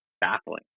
Baffling